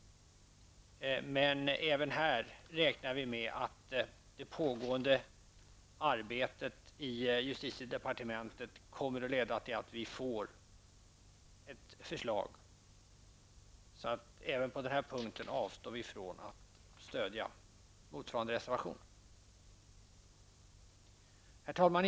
Men även i det här sammanhanget räknar vi med att det pågående arbetet i justitiedepartementet kommer att leda till att vi får förbättringsförslag. Också på den här punkten avstår vi alltså från att stödja motsvarande reservation. Herr talman!